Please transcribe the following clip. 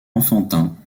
enfantin